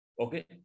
Okay